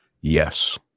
Yes